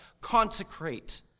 consecrate